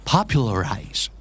Popularize